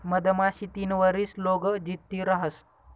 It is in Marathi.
मधमाशी तीन वरीस लोग जित्ती रहास